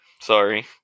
Sorry